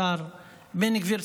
השר בן גביר,